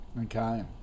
Okay